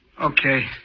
Okay